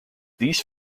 these